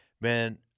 man